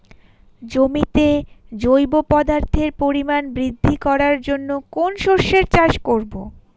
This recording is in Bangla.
জমিতে জৈব পদার্থের পরিমাণ বৃদ্ধি করার জন্য কোন শস্যের চাষ করবো?